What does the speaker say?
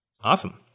Awesome